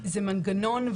זה מנגנון,